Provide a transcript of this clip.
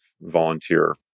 volunteer